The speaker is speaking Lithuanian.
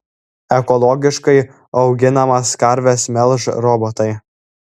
ekologiškai auginamas karves melš robotai